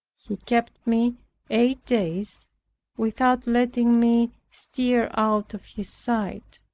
he kept me eight days without letting me stir out of his sight.